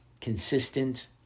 consistent